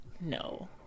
No